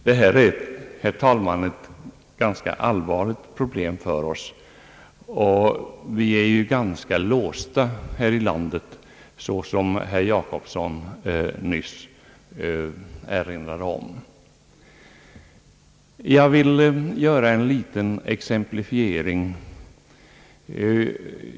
Herr talman! Det här är ett ganska allvarligt problem för oss, och vi är ju ganska låsta här i landet, såsom herr Jacobsson nyss erinrade om. Jag vill göra en liten exemplifiering.